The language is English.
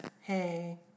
hey